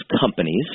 companies